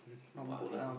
Bali